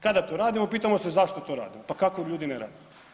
Kada to radimo pitamo se zašto to radimo, pa kako ljudi ne rade.